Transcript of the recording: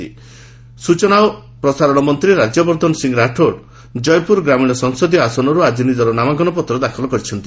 ତଥ୍ୟ ଓ ପ୍ରସାରଣ ମନ୍ତ୍ରୀ ରାଜ୍ୟବର୍ଦ୍ଧନ ରାଠୋଡ୍ କୟପୁର ଗ୍ରାମୀଣ ସଂଦୀୟ ଆସନରୁ ଆଜି ନିଜର ନାମାଙ୍କନ ପତ୍ର ଦାଖଲ କରିଛନ୍ତି